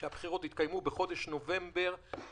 כשהבחירות יתקיימו בחודש נובמבר,